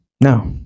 No